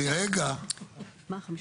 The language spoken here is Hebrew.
קשה